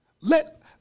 let